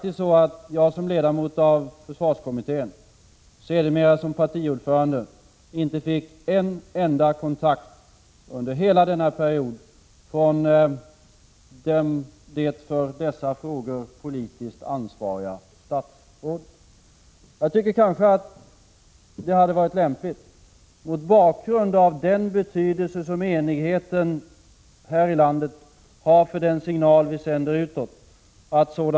Som ledamot av försvarskommittén och sedermera som partiordförande fick jag faktiskt under hela denna period inte någon enda kontakt med det för dessa frågor politiskt ansvariga statsrådet. Jag tycker att det hade varit lämpligt att sådana kontakter hade tagits, mot bakgrund av den betydelse som enigheten i landet har för den signal vi sänder utåt.